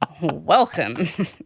Welcome